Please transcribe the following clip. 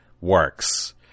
works